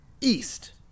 East